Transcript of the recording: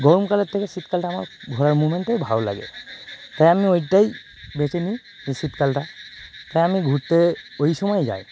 গরমকালের থেকে শীতকালটা আমার ঘোরার মমেন্টাই ভালো লাগে তাই আমি ওইটাই বেছে নিই যে শীতকালটা তাই আমি ঘুরতে ওই সময় যাই